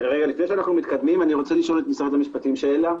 אני רוצה לשאול את משרד המשפטים שאלה.